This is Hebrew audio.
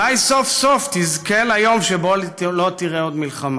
אולי סוף-סוף תזכה ליום שבו לא תראה עוד מלחמה.